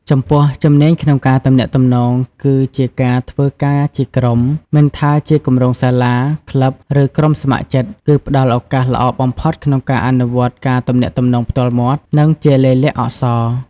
ចំពោះជំនាញក្នុងការទំនាក់ទំនង គឺជាការធ្វើការជាក្រុម មិនថាជាគម្រោងសាលា ក្លឹប ឬក្រុមស្ម័គ្រចិត្ត គឺផ្តល់ឱកាសល្អបំផុតក្នុងការអនុវត្តការទំនាក់ទំនងផ្ទាល់មាត់ និងជាលាយលក្ខណ៍អក្សរ។